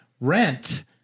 rent